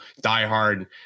diehard